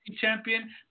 champion